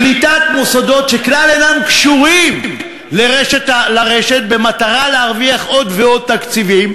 קליטת מוסדות שכלל אינם קשורים לרשת במטרה להרוויח עוד ועוד תקציבים.